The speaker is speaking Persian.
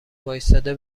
واستاده